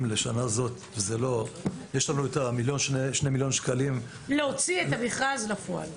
לשנה זאת יש לנו 2 מיליון שקלים -- להוציא את המכרז לפועל.